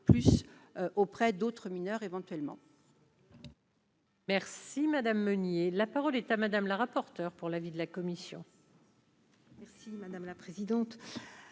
plus auprès d'autres mineurs éventuellement.